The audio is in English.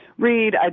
Read